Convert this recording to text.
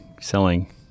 selling